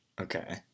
Okay